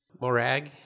Morag